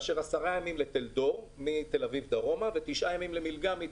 עשרה ימים לטלדור ועשרה ימים למילגם.